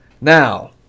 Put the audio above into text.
Now